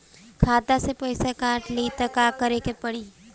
खाता से पैसा काट ली त का करे के पड़ी?